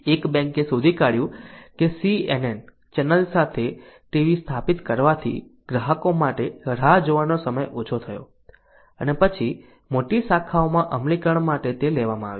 એક બેંકે શોધી કાઢ્યું કે સીએનએન ચેનલ સાથે ટીવી સ્થાપિત કરવાથી ગ્રાહકો માટે રાહ જોવાનો સમય ઓછો થયો અને પછી મોટી શાખાઓમાં અમલીકરણ માટે તે લેવામાં આવ્યું